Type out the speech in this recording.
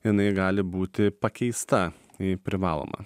jinai gali būti pakeista į privalomą